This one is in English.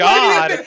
God